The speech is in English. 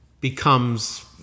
Becomes